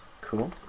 cool